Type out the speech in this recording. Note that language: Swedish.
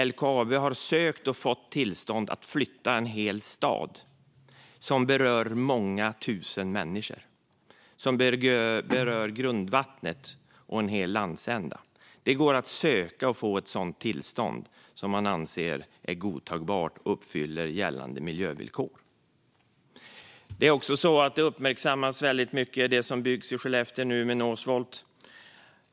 LKAB har sökt och fått tillstånd att flytta en hel stad, vilket berör många tusen människor. Det berör grundvattnet och en hel landsända. Det går att söka och få ett sådant tillstånd, som anses vara godtagbart och uppfylla gällande miljövillkor. Något som också uppmärksammas väldigt mycket är det som nu byggs i Skellefteå av Northvolt.